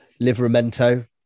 Liveramento